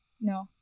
No